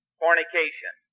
fornication